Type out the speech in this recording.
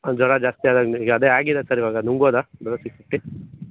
ಜ್ವರ ಜಾಸ್ತಿ ಆದಾಗ ನನಗೆ ಅದೇ ಆಗಿದೆ ಸರ್ ಇವಾಗ ನುಂಗ್ಬೋದ ಡೊಲೊ ಸಿಕ್ಸ್ ಫಿಫ್ಟಿ